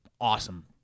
awesome